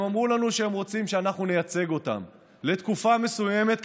הם אמרו לנו שהם רוצים שאנחנו נייצג אותם לתקופה מסוימת,